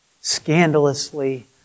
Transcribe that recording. scandalously